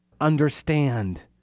understand